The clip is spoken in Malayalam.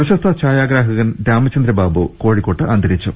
പ്രശസ്ത ഛായാഗ്രാഹകൻ രാമചന്ദ്രബാബു കോഴിക്കോട്ട് അന്തരിച്ചു